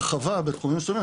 הרחבה בתחומים מסוימים,